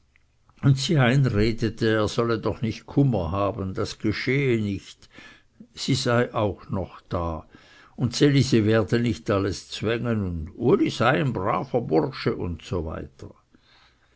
sie einredete er solle doch nicht kummer haben das geschehe nicht sie seie auch noch da und ds elisi werde nicht alles zwängen und uli sei ein braver bursche usw